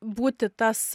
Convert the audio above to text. būti tas